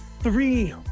three